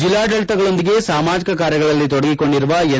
ಜಿಲ್ಲಾಡಳಿತಗಳೊಂದಿಗೆ ಸಾಮಾಜಿಕ ಕಾರ್ಯಗಳಲ್ಲಿ ತೊಡಗಿಕೊಂಡಿರುವ ಎನ್